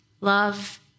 love